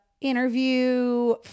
interview